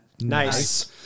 Nice